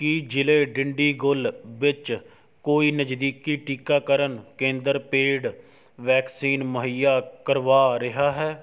ਕੀ ਜ਼ਿਲ੍ਹੇ ਡਿੰਡੀਗੁਲ ਵਿੱਚ ਕੋਈ ਨਜ਼ਦੀਕੀ ਟੀਕਾਕਰਨ ਕੇਂਦਰ ਪੇਡ ਵੈਕਸੀਨ ਮੁਹੱਈਆ ਕਰਵਾ ਰਿਹਾ ਹੈ